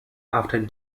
after